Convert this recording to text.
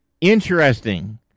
interesting